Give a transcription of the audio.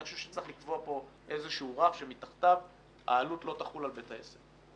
אני חושב שצריך לקבוע כאן איזשהו רף שמתחתיו העלות לא תחול על בית העסק.